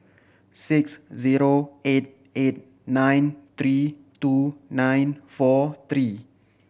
six zero eight eight nine three two nine four three